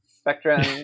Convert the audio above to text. spectrum